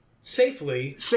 Safely